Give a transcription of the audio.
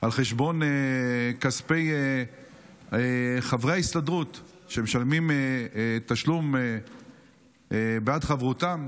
על חשבון כספי חברי ההסתדרות שמשלמים תשלום בעד חברותם.